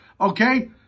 Okay